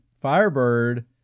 Firebird